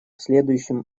следующим